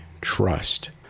trust